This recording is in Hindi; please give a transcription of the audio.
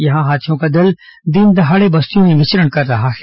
यहां हाथियों का दल दिनदहाड़े बस्तियों में विचरण कर रहा है